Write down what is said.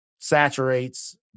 saturates